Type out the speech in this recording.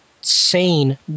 sane